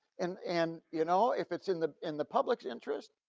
and and you know if it's in the, in the public's interest,